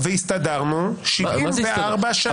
גור, הסתדרנו 74 שנה.